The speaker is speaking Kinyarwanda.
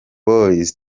boyz